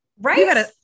Right